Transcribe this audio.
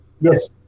Yes